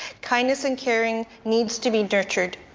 kindness and caring needs to be nurtured,